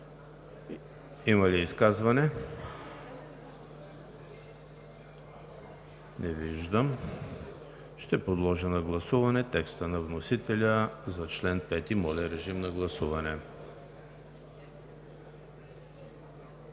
Има ли изказвания? Не виждам. Ще подложа на гласуване текста на вносителя за чл. 5. Моля, гласувайте.